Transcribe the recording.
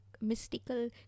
mystical